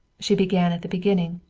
she began at the beginning.